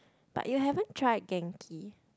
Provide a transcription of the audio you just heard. but you haven't tried genki